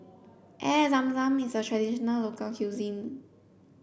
Air Zam Zam is a traditional local cuisine